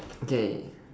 okay